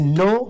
no